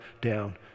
down